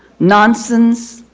nonsense,